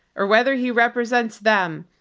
or whether he represents them,